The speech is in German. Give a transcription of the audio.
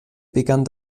begann